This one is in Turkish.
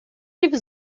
gibi